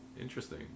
Interesting